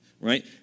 right